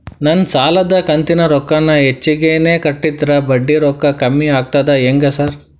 ನಾನ್ ಸಾಲದ ಕಂತಿನ ರೊಕ್ಕಾನ ಹೆಚ್ಚಿಗೆನೇ ಕಟ್ಟಿದ್ರ ಬಡ್ಡಿ ರೊಕ್ಕಾ ಕಮ್ಮಿ ಆಗ್ತದಾ ಹೆಂಗ್ ಸಾರ್?